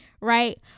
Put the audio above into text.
right